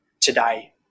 today